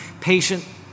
patient